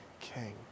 King